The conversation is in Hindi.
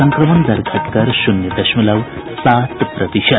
संक्रमण दर घटकर शून्य दशमलव सात प्रतिशत